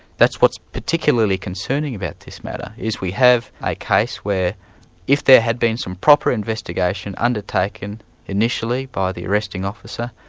that's what's particularly concerning about this matter, is we have a case where if there had been some proper investigation undertaken initially by the arresting officer,